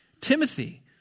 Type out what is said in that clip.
Timothy